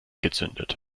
gezündet